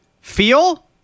Feel